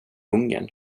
ungern